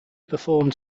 performed